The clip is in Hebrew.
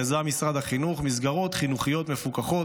יזם משרד החינוך מסגרות חינוכיות מפוקחות,